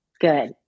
Good